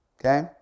Okay